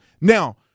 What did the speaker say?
Now